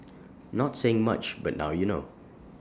not saying much but now you know